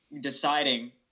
deciding